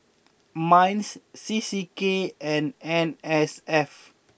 Minds C C K and N S F